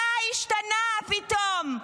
מה השתנה פתאום?